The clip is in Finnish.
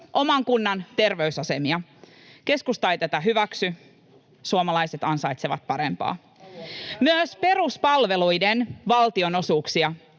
oman kunnan terveysasemia. Keskusta ei tätä hyväksy: suomalaiset ansaitsevat parempaa. [Ben Zyskowicz: Haluatte